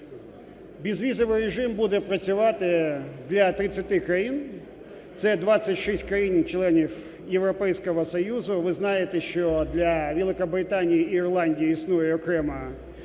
Безвізовий режим буде працювати для 30 країн, це 26 країн-членів Європейського Союзу. Ви знаєте, що для Великобританії і Ірландії існує окрема